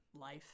life